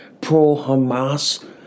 Pro-Hamas